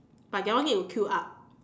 but that one need to queue up